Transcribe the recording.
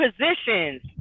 positions